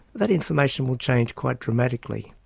that information will change quite dramatically.